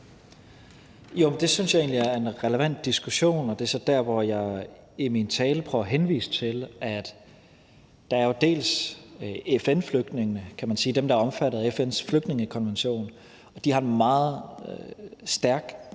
Tesfaye): Det synes jeg egentlig er en relevant diskussion, og det er så der, hvor jeg i min tale prøver at henvise til, at der jo til dels er FN-flygtningene, kan man sige, altså dem, der er omfattet af FN's flygtningekonvention, og de har en meget stærk